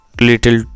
little